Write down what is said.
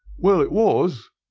well, it was,